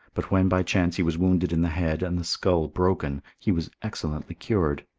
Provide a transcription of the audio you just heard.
but when by chance he was wounded in the head, and the skull broken, he was excellently cured.